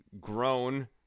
grown